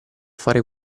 fare